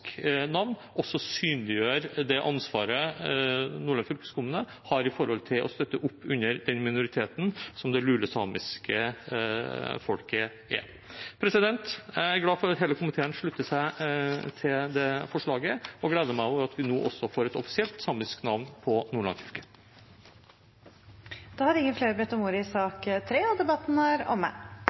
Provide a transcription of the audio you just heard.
navn også synliggjør det ansvaret Nordland fylkeskommune har for å støtte opp under den minoriteten som det lulesamiske folket er. Jeg er glad for at hele komiteen slutter seg til det forslaget og gleder meg over at vi nå også får et offisielt samisk navn på Nordland fylke. Flere har ikke bedt om ordet til sak nr. 3. Etter ønske fra energi- og miljøkomiteen vil presidenten ordne debatten